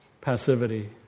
passivity